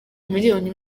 miliyoni